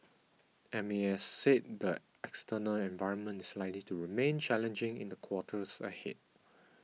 M A S said the external environment is likely to remain challenging in the quarters ahead